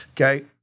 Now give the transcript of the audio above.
Okay